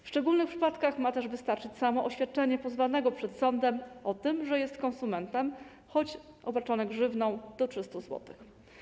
W szczególnych przypadkach ma też wystarczyć samo oświadczenie pozwanego przed sądem o tym, że jest konsumentem, choć obarczone grzywną do 300 zł.